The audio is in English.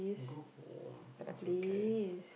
go home it's okay